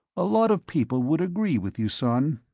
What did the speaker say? a lot of people would agree with you, son,